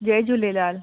Jay Jhulelal